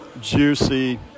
juicy